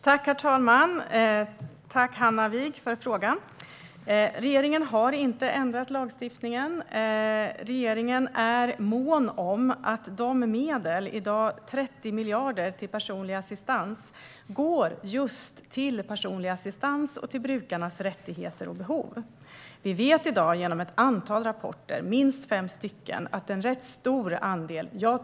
Herr talman! Tack, Hanna Wigh, för frågan! Regeringen har inte ändrat lagstiftningen. Regeringen är mån om att medlen till personlig assistans - det är i dag 30 miljarder - går just till personlig assistans; det handlar om brukarnas rättigheter och behov. Vi vet i dag genom ett antal rapporter, minst fem stycken, att en rätt stor andel går till annat än det som det var tänkt för.